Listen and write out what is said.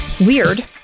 weird